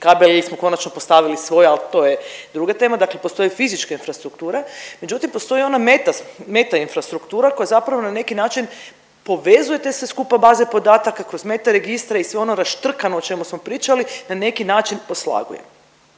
kabel ili smo konačno postavili svoj, ali to je druga tema, dakle postoji fizička infrastruktura. Međutim, postoji i ona meta, meta infrastruktura koja zapravo na neki način povezuje te sve skupa baze podataka kroz meta registre i sve ono raštrkano o čemu smo pričali na neki način poslaguje.